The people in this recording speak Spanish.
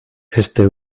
este